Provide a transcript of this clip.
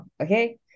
okay